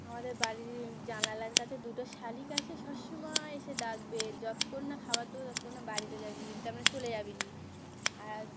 আমাদের বাড়ির জানালার কাছে দুটো শালিক আসে সবসময় এসে ডাকবে যতক্ষণ না খাবার দেবো ততক্ষণ না বাড়িতে যাবে না তার মানে চলে যাবে না আর